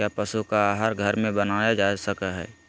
क्या पशु का आहार घर में बनाया जा सकय हैय?